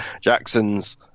Jackson's